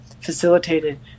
facilitated